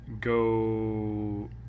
go